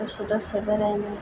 दसे दसे बेरायनो